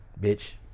bitch